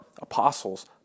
apostles